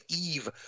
eve